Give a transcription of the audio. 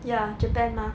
ya japan mah